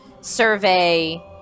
survey